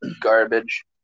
Garbage